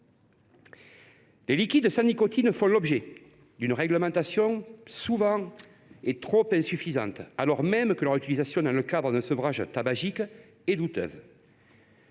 Les liquides sans nicotine font l’objet d’une réglementation souvent insuffisante, alors même que leur utilisation dans le cadre d’un sevrage tabagique est douteuse.